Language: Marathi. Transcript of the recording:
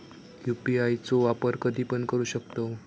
यू.पी.आय चो वापर कधीपण करू शकतव?